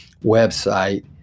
website